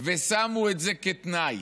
ושמו את זה כתנאי,